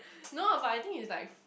no but I think is like